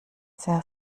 sehr